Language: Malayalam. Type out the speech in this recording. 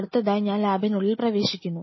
അടുത്തതായി നിങ്ങൾ ലാബിനുള്ളിൽ പ്രവേശിക്കുന്നു